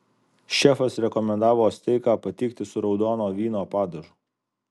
šefas rekomendavo steiką patiekti su raudono vyno padažu